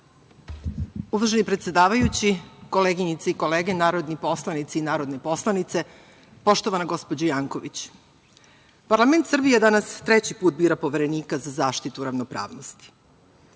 Uvaženi predsedavajući, koleginice i kolege narodni poslanici i narodne poslanice, poštovane gospođo Janković, parlament Srbije danas treći put bira Poverenika za zaštitu ravnopravnosti.